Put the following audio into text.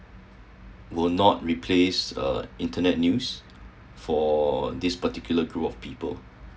would not replace uh internet news for this particular group of people